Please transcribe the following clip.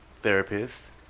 Therapist